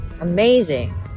Amazing